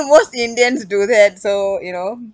most indians do that so you know